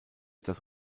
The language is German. das